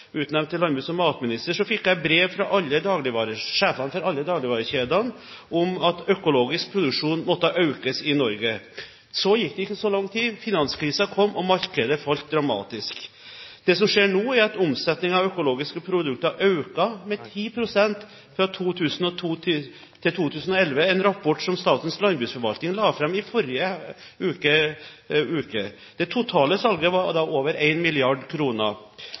landbruks- og matminister, fikk jeg brev fra sjefene for alle dagligvarekjedene om at økologisk produksjon måtte økes i Norge. Så gikk det ikke så lang tid. Finanskrisen kom, og markedet falt dramatisk. Det som skjer nå, er at omsetningen av økologiske produkter har økt med 10 pst. fra 2002 til 2011, ifølge en rapport som Statens landbruksforvaltning la fram i forrige uke. Det totale salget var da på over